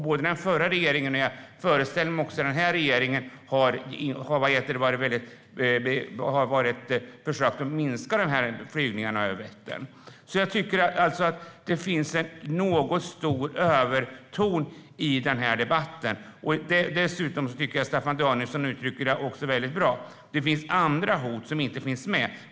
Både den föregående regeringen och jag föreställer mig också denna regering har försökt att minska flygningarna över Vättern. Det finns en något stor överton i debatten. Staffan Danielsson uttrycker det väldigt bra. Det finns andra hot som inte finns med.